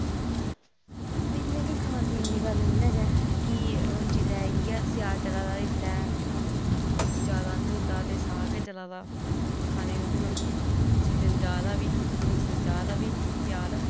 इयां गै खान पीन दी गल्ल इयां गै ऐ की हून जित्थै इयै सेआल चला दा इसलै जादा ढोडा साग गै चला दा खाने ई हून सीजन जा दा बी जा दा बी सेआल